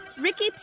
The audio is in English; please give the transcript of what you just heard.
Ricky